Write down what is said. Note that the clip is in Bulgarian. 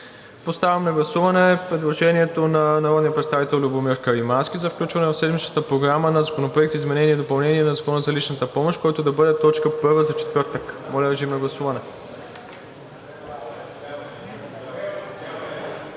Поставям на гласуване предложението на народния представител Любомир Каримански за включване в седмичната програма на Законопроект за изменение и допълнение на Закона за личната помощ, който да бъде точка първа за четвъртък. Моля, режим на гласуване.